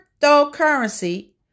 cryptocurrency